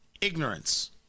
ignorance